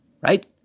right